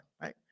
right